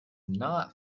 not